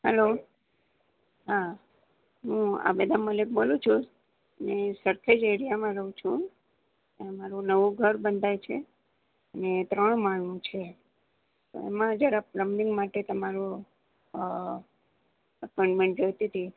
hello હા હું આબેદા મલિક બોલું છું ને હું સરખેજ એરિયામાં રહું છું અમારું નવું ઘર બંધાય છે અને ત્રણ માળનું છે એમાં જરાક પ્લમ્બિંગ માટે તમારો અપોઇમેન્ટ જોઈતી હતી